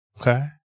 okay